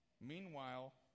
Meanwhile